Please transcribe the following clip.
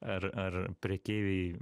ar ar prekeiviai